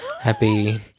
happy